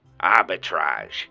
Arbitrage